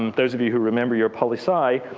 um those of you who remember your poli-sci.